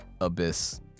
abyss